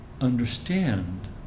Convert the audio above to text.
understand